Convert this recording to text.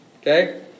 Okay